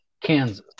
Kansas